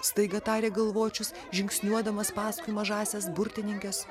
staiga tarė galvočius žingsniuodamas paskui mažąsias burtininkes